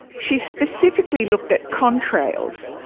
she's specifically looked at contrails,